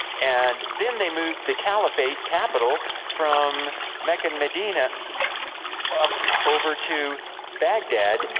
and then, they moved the caliphate capital from mecca and medina up over to baghdad,